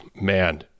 Man